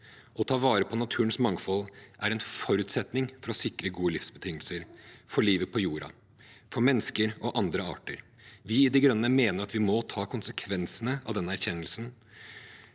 Å ta vare på naturens mangfold er en forutsetning for å sikre gode livsbetingelser for livet på jorden, for mennesker og andre arter. Vi i De Grønne mener at vi må ta konsekvensene av denne erkjennelsen.